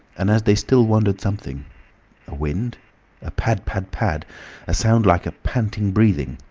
and as they still wondered something a wind a pad, pad, pad a sound like a panting breathing,